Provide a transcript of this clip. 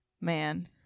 man